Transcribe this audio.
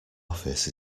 office